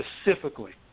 specifically